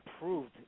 improved